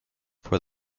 for